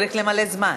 צריך למלא זמן.